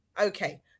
Okay